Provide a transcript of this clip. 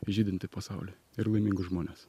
žydintį pasaulį ir laimingus žmones